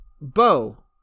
Bo